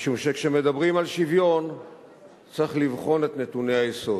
משום שכשמדברים על שוויון צריך לבחון את נתוני היסוד.